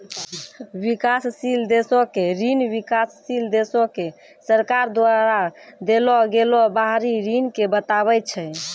विकासशील देशो के ऋण विकासशील देशो के सरकार द्वारा देलो गेलो बाहरी ऋण के बताबै छै